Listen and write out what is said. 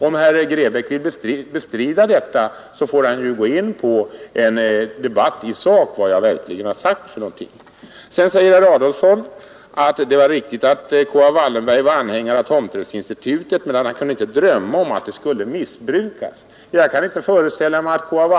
Om herr Grebäck vill bestrida detta får han gå in på en debatt i sak av vad jag verkligen sagt. Herr Adolfsson säger att det var riktigt att K.A. Wallenberg var anhängare av tomträttsinstitutet men att han inte kunde drömma om att det skulle missbrukas. Jag kan inte föreställa mig annat än att K.A.